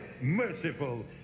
merciful